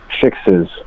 fixes